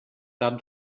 tap